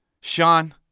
Sean